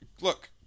Look